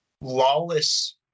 lawless